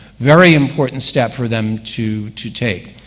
very important step for them to to take.